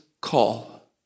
call